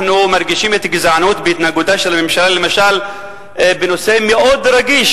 אנחנו מרגישים את הגזענות בהתנהגותה של הממשלה למשל בנושא מאוד רגיש,